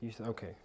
Okay